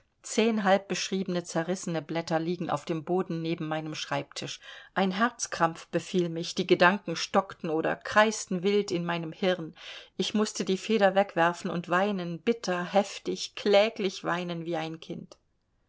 zehn halbbeschriebene zerrissene blätter liegen auf dem boden neben meinem schreibtisch ein herzkrampf befiel mich die gedanken stockten oder kreisten wild in meinem hirn ich mußte die feder wegwerfen und weinen bitter heftig kläglich weinen wie ein kind